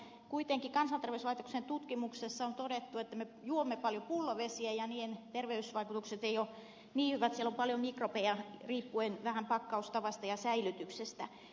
kuitenkin kansanterveyslaitoksen tutkimuksessa on todettu että me juomme paljon pullovesiä eivätkä niiden terveysvaikutukset ole niin hyviä siellä on paljon mikrobeja riippuen vähän pakkaustavasta ja säilytyksestä